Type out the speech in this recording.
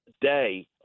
day